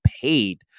paid